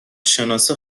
شناسا